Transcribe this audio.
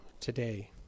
today